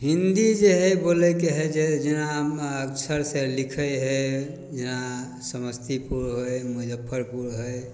हिन्दी जे हइ बोलैके हइ जे जेना अक्षर से लिखै हइ जेना समस्तीपुर हइ मुजफ्फरपुर हइ